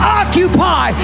occupy